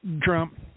Trump